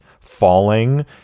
falling